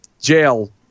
jail